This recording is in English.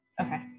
okay